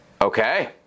Okay